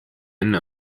enne